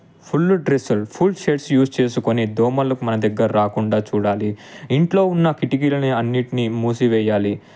full డ్రెస్సులు full shirts use చేసుకుని దోమలని మన దగ్గర రాకుండా చూడాలి ఇంట్లో ఉన్న కిటికీలని అన్నిటిని మూసివేయాలి